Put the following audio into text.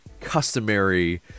customary